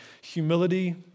humility